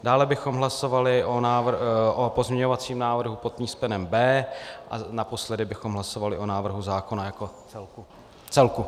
Dále bychom hlasovali o pozměňovacím návrhu pod písmenem B a naposledy bychom hlasovali o návrhu zákona jako celku.